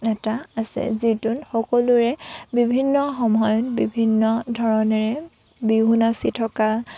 এটা আছে যিটোত সকলোৰে বিভিন্ন সময়ত বিভিন্ন ধৰণেৰে বিহু নাচি থকা